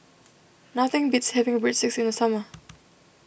nothing beats having Breadsticks in the summer